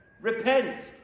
Repent